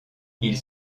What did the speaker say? ils